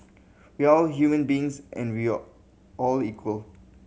we're all human beings and we all all equal